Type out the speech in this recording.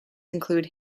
include